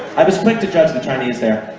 i was quick to judge the chinese there